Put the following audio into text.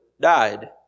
died